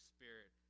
Spirit